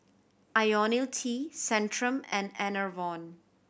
Ionil T Centrum and Enervon